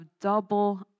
double